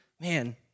Man